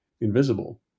invisible